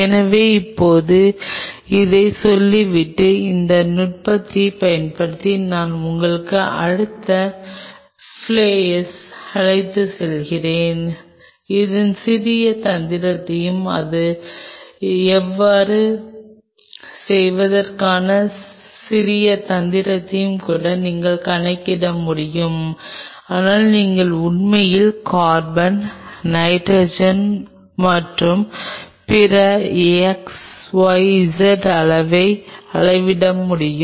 எனவே இப்போது இதைச் சொல்லிவிட்டு இந்த நுட்பத்தைப் பயன்படுத்தி நான் உங்களை அடுத்த ஃபிளையருக்கு அழைத்துச் செல்வேன் அதன் சிறிய தந்திரத்தையும் அவ்வாறு செய்வதற்கான சிறிய தந்திரத்தையும் கூட நீங்கள் கணக்கிட முடியும் ஆனால் நீங்கள் உண்மையில் கார்பன் நைட்ரஜன் மற்றும் பிற xyz அளவை அளவிட முடியும்